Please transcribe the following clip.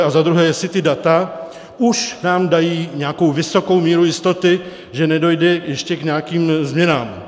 A za druhé, jestli ta data už nám dají nějakou vysokou míru jistoty, že nedojde ještě k nějakým změnám.